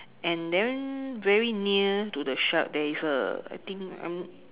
and then very near to the shark there is a I think I'm